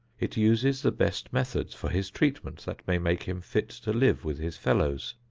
it uses the best methods for his treatment that may make him fit to live with his fellows,